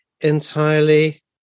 entirely